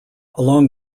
along